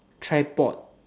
tripod